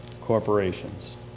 corporations